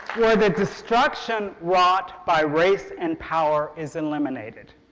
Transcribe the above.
where the destruction wrought by race and power is eliminated.